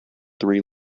three